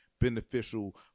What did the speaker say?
beneficial